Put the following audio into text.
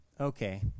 okay